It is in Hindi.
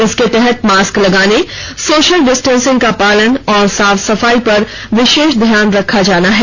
इसके तहत मास्क लगाने सोशल डिस्टेंसिंग का पालन और साफ सफाई का विशेष ध्यान रखा जाना है